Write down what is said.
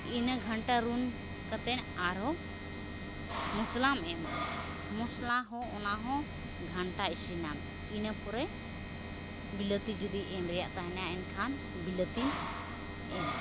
ᱤᱱᱟᱹ ᱜᱷᱟᱱᱴᱟ ᱨᱩᱱ ᱠᱟᱛᱮᱱ ᱟᱨᱦᱚᱸ ᱢᱚᱥᱞᱟᱢ ᱮᱢᱟᱜᱼᱟ ᱢᱚᱥᱞᱟ ᱦᱚᱸ ᱚᱱᱟ ᱦᱚᱸ ᱜᱷᱟᱱᱴᱟ ᱤᱥᱤᱱᱟᱢ ᱤᱱᱟᱹᱯᱚᱨᱮ ᱵᱤᱞᱟᱹᱛᱤ ᱡᱩᱫᱤ ᱮᱢ ᱨᱮᱱᱟᱜ ᱛᱟᱦᱮᱱᱟ ᱮᱱᱠᱷᱟᱱ ᱵᱤᱞᱟᱹᱛᱤᱢ ᱮᱢᱟ